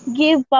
give